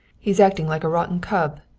he's acting like a rotten cub,